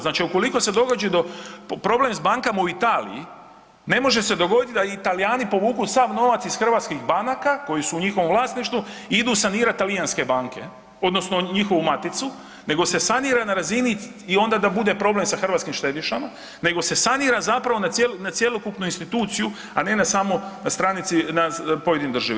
Znači ukoliko se dođe do problem s bankama u Italiji, ne može se dogoditi da Talijani povuku sav novac ih hrvatskih banaka koji su u njihovom vlasništvu i idu sanirati talijanske banke odnosno njihovu maticu nego se sanira na razini i onda da bude problem sa hrvatskim štedišama, nego se sanira zapravo na cjelokupnu instituciju, a ne na samo na stranici pojedine države.